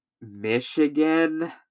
Michigan